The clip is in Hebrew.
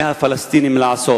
מהפלסטינים לעשות?